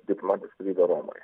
diplomatinę atstovybę romoje